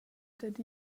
dad